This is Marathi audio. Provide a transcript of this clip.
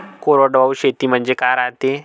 कोरडवाहू शेती म्हनजे का रायते?